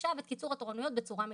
עכשיו את קיצור התורנויות בצורה מיטבית.